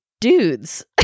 dudes